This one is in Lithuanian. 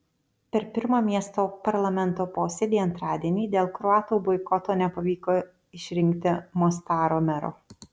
per pirmą miesto parlamento posėdį antradienį dėl kroatų boikoto nepavyko išrinkti mostaro mero